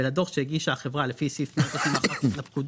ולדוח שהגישה החברה לפי סעיף 131 לפקודה,